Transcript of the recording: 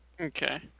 Okay